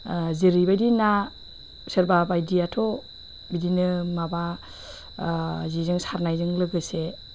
जेरैबायदि ना सोरबा बायदियाथ' बिदिनो माबा जेजों सारनायजों लोगोसे